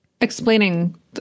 explaining